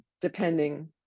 depending